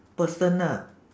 personal